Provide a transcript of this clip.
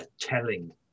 telling